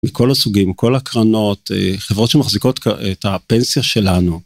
מכל הסוגים, כל הקרנות, חברות שמחזיקות את הפנסיה שלנו.